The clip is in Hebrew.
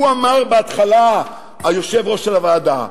הוא אמר בהתחלה, היושב-ראש של הוועדה: